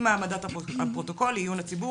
אם העמדת הפרוטוקול לעיון הציבור,